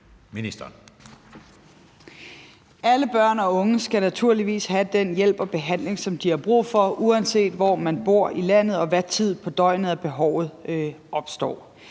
Alle børn og unge skal naturligvis have den hjælp og behandling, som de har brug for, uanset hvor i landet de bor og hvad tid på døgnet behovet opstår.